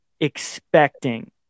expecting